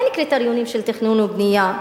אין קריטריונים של תכנון ובנייה,